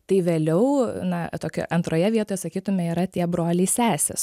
tai vėliau na tokia antroje vietoje sakytume yra tie broliai sesės